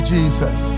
Jesus